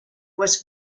was